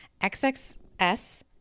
XXS